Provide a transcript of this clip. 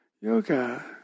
Yoga